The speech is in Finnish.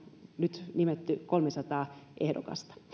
nyt nimetty kolmesataa ehdokasta